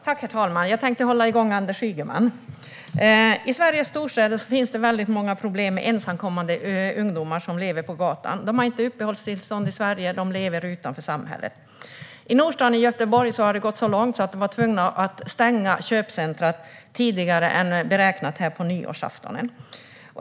Herr talman! Jag tänkte hålla igång Anders Ygeman. I Sveriges storstäder finns det väldigt många problem med ensamkommande ungdomar som lever på gatan. De har inte uppehållstillstånd i Sverige. De lever utanför samhället. I Nordstan i Göteborg har det gått så långt att man var tvungen att stänga köpcentret tidigare än beräknat på nyårsaftonen.